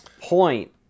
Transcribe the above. point